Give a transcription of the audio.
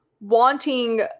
wanting